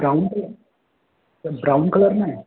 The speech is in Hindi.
ब्राउन कलर ब्राउन कलर में